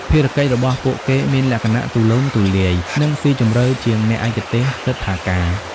ភារកិច្ចរបស់ពួកគេមានលក្ខណៈទូលំទូលាយ និងស៊ីជម្រៅជាងអ្នកឯកទេសទិដ្ឋាការ។